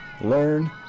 learn